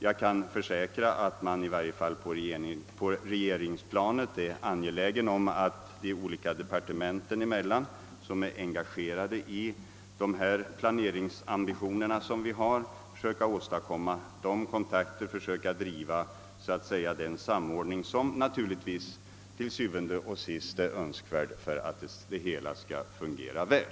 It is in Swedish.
Jag kan försäkra att regeringen är angelägen om att de departement som är engagerade i planeringsarbetet skall försöka åstadkomma de kontakter och den samordning som til syvende og sidst givetvis är nödvändiga för att det hela skall kunna fungera bra.